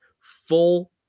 full